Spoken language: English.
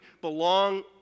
belong